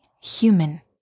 human